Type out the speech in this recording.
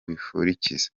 bikurikiza